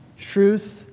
truth